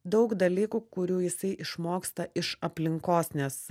daug dalykų kurių jisai išmoksta iš aplinkos nes